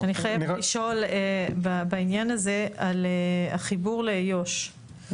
אני חייבת לשאול בעניין הזה על החיבור לאיו"ש.